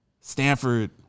Stanford